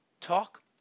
talk